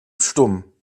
stumm